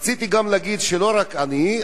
רציתי גם להגיד שלא רק אני,